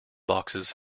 boxes